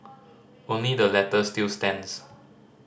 only the latter still stands